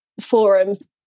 forums